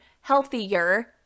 healthier